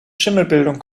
schimmelbildung